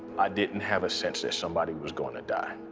i didn't have a sense that somebody was going to die.